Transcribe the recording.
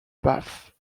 bath